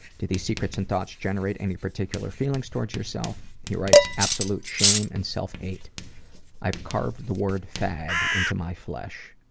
do these secrets and thoughts generate any particular feeling toward yourself he writes, absolute shame and self-hate. i've carved the word fag into my flesh.